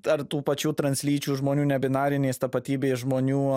ar tų pačių translyčių žmonių ne binarinės tapatybės žmonių